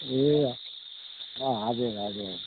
ए अँ हजुर हजुर